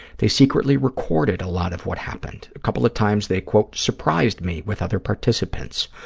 they secretly recorded a lot of what happened. a couple of times they, quote, surprised me with other participants,